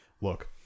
Look